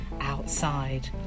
outside